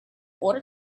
order